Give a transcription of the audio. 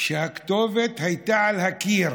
שהכתובת הייתה על הקיר